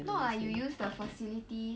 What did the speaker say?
not like you use the facilities